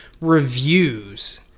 reviews